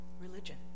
religion